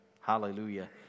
Hallelujah